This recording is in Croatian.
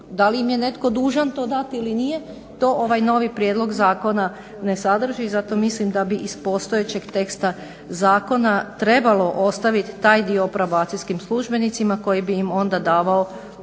da li im je netko dužan to dati ili nije to ovaj novi prijedlog zakona ne sadrži i zato mislim da bi iz postojećeg teksta zakona trebalo ostaviti taj dio probacijskim službenicima koji bi im onda davao ovlast jer